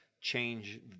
change